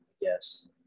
Yes